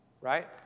Right